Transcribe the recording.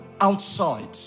outside